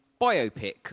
biopic